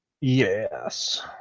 Yes